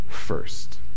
first